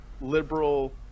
Liberal